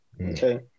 okay